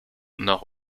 nord